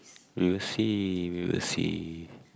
we will see we will see